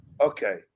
Okay